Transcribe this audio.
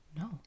No